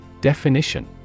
Definition